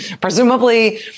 presumably